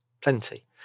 plenty